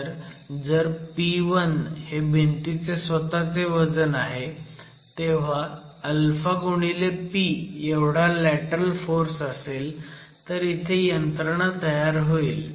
तर जर P1 हे भिंतीचे स्वतःचे वजन आहे जेव्हा α x P एवढा लॅटरल फोर्स असेल तर इथे यंत्रणा तयार होईल